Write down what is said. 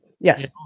Yes